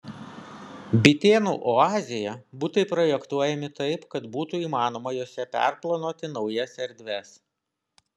bitėnų oazėje butai projektuojami taip kad būtų įmanoma juose perplanuoti naujas erdves